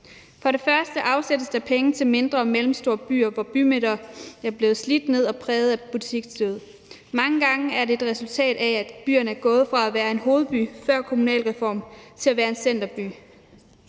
at der afsættes penge til mindre og mellemstore byer, hvor bymidter er blevet slidt ned og præget af butiksdød. Mange gange er det et resultat af, at byerne er gået fra at være en hovedby før kommunalreformen til at være en centerby.